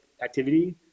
activity